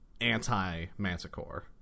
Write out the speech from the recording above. anti-manticore